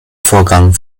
vorgang